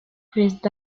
perezida